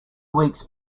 weeks